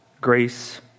Grace